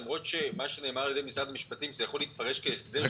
למרות שנאמר על ידי משרד המשפטים שזה יכול להתפרש כהסדר שלילי,